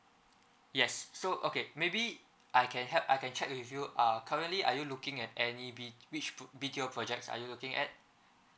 yes so okay maybe I can help I can check with you uh currently are you looking at any B which B_T_O projects are you looking at